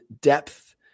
depth